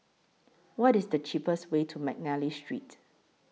What IS The cheapest Way to Mcnally Street